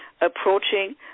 approaching